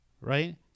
right